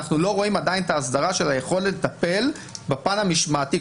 אנחנו לא רואים עדיין את ההסדרה של היכולת לטפל בפן המשמעתי.